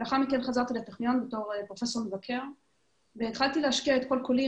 לאחר מכן חזרתי לטכניון כפרופסור מבקר והתחלתי להשקיע את כל כולי